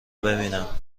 ببینم